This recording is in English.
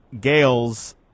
Gales